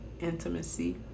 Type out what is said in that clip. intimacy